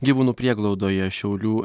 gyvūnų prieglaudoje šiaulių